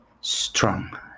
strong